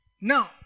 Now